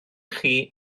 chi